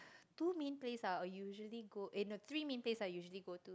two main place ah I'll usually go eh the three main place I usually go to